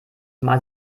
mal